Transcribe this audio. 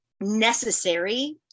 necessary